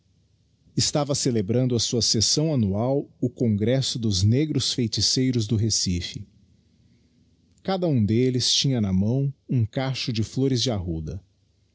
estava celebrando a sua sessão annual o congresso dos negros feiticeiros do recife cada um delles tinha na mão um cacho de flores de arruda